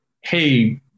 hey